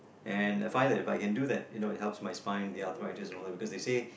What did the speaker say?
and I find that but I can do that you know it helps my spine the athritis and all that because they say